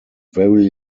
very